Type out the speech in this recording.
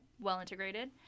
well-integrated